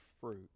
fruit